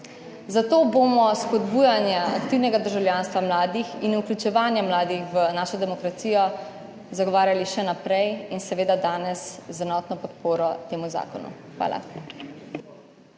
Zato bomo spodbujanje aktivnega državljanstva mladih in vključevanja mladih v našo demokracijo zagovarjali še naprej in seveda danes z enotno podporo temu zakonu. Hvala.